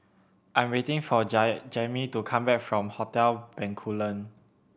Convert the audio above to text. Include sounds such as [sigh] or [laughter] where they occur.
I am waiting for [unintelligible] Jammie to come back from Hotel Bencoolen